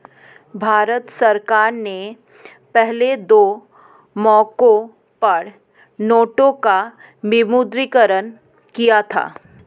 भारत सरकार ने पहले दो मौकों पर नोटों का विमुद्रीकरण किया था